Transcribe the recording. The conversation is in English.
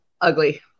ugly